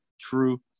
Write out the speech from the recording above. True